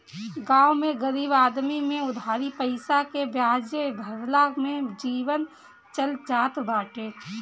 गांव में गरीब आदमी में उधारी पईसा के बियाजे भरला में जीवन चल जात बाटे